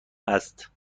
است